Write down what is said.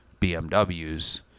bmws